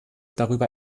darüber